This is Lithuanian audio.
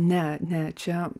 ne ne čia